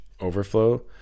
overflow